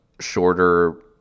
shorter